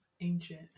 ancient